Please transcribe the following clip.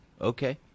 Okay